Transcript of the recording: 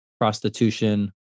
prostitution